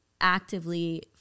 actively